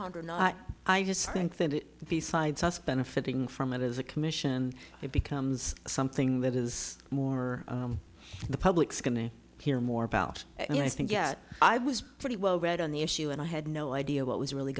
longer not i just think that besides us benefiting from it as a commission it becomes something that is more the public's going to hear more about and i think yet i was pretty well read on the issue and i had no idea what was really